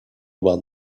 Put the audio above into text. about